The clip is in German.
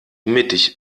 mittig